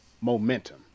momentum